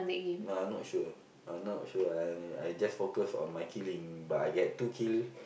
uh not sure I not sure I only I just focus on my killing but I get two kill